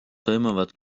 toimuvad